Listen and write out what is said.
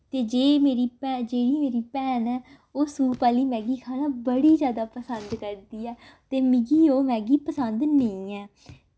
ते जे मेरी जेह्ड़ी मेरी भैन ऐ ओह् सूप आह्ली मैगी खाना बड़ी ज्यादा पसंद करदी ऐ ते मिगी ओह् मैगी पसंद नेईं ऐ